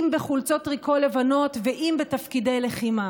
אם בחולצות טריקו לבנות ואם בתפקידי לחימה.